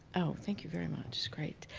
thank you very much, great.